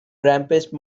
rampage